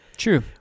true